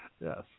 yes